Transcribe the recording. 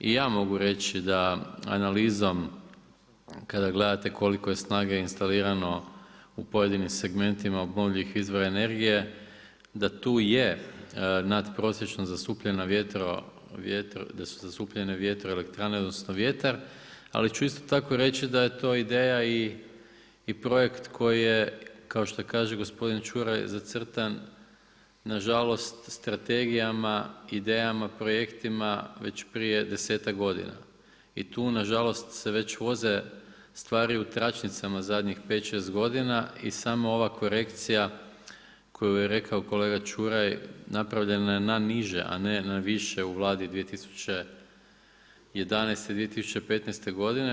I ja mogu reći da analizom kada gledate koliko je snage instalirano u pojedinim segmentima obnovljivih izvora energije da tu je nadprosječno zastupljene vjetroelektrane odnosno vjetar, ali ću isto tako reći da je ideja i projekt koji je kao što kaže gospodin Ćuraj zacrtan nažalost strategijama, idejama, projektima već prije desetak godina i tu nažalost se već voze stvari u tračnicama zadnjih pet, šest godina i samo ova korekcija koju je rekao kolega Ćuraj napravljena je na niže, a ne na više u Vladi 2011.-2015. godine.